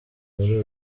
muri